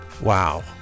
Wow